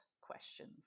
questions